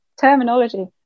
terminology